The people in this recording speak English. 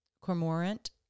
cormorant